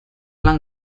lan